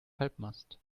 halbmast